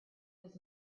was